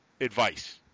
advice